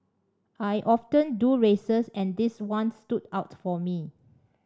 I often do races and this one stood out for me